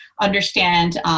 understand